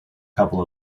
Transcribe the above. couple